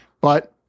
But-